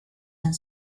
and